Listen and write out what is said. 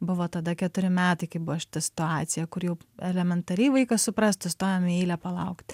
buvo tada keturi metai kai buvo šita situacija kur jau elementariai vaikas suprastų stojam į eilę palaukt